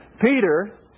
Peter